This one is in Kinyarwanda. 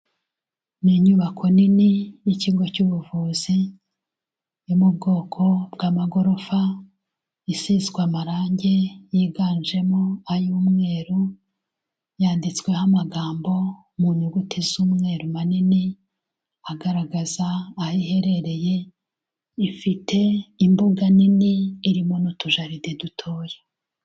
Ni inyubako nini y'ikigo cy'ubuvuzi yo mu bwoko bw'amagorofa, isizwe amarangi yiganjemo ay'umweru, yanditsweho amagambo mu nyuguti z'umweru manini, agaragaza aho iherereye, ifite imbuga nini irimo n'utujaride dutoya.